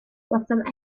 gwelsom